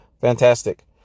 Fantastic